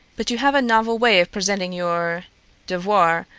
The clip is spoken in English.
but you have a novel way of presenting your devoire,